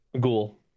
Ghoul